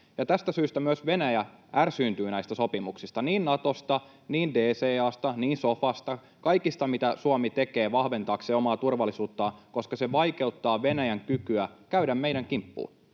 tästä syystä myös Venäjä ärsyyntyy näistä sopimuksista, niin Natosta, niin DCA:sta, niin sofasta, kaikesta, mitä Suomi tekee vahventaakseen omaa turvallisuuttaan, koska se vaikeuttaa Venäjän kykyä käydä meidän kimppuumme.